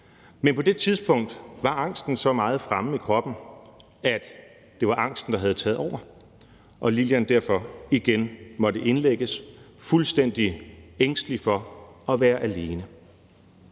men på det tidspunkt var angsten så meget fremme i kroppen, at angsten havde taget over og Lillian derfor måtte indlægges igen fuldstændig ængstelig for at være alene.